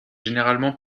généralement